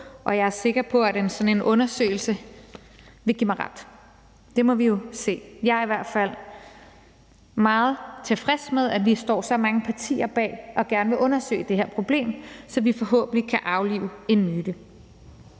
og jeg er sikker på, at en sådan undersøgelse vil give mig ret, men det må vi jo se. Jeg er i hvert fald meget tilfreds med, at vi står så mange partier bag og gerne vil undersøge det her problem, så vi forhåbentlig kan aflive en myte.